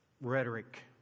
rhetoric